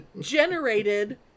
generated